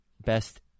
best